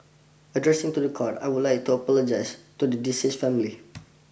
addressing to the court I would like to apologise to the deceased's family